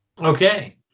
Okay